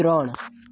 ત્રણ